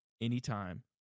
anytime